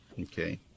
Okay